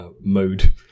mode